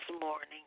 morning